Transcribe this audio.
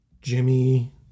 Jimmy